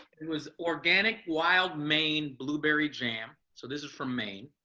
was organic wild maine blueberry jam. so this is from maine.